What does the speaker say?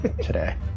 today